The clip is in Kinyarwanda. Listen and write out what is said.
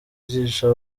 ijisho